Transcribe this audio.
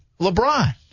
LeBron